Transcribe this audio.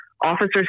officers